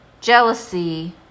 jealousy